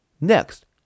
Next